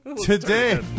today